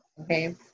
okay